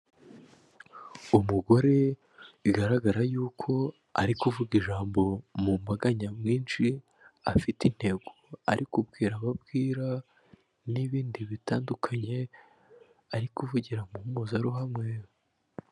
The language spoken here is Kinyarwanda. Umugore bigaragara yuko ari kuvuga ijambo mu mbaga nyamwinshi, afite intego, ari kubwira abo abwira n'ibindi bitandukanye, ari kuvugira mu mpuzaruhame.